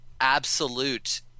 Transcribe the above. absolute